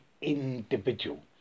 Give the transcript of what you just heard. individual